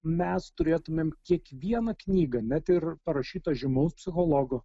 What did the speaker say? mes turėtumėm kiekvieną knygą net ir parašytą žymaus psichologo